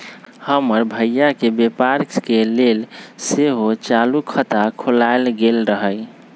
हमर भइया के व्यापार के लेल सेहो चालू खता खोलायल गेल रहइ